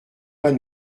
pas